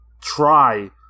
try